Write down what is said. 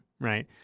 right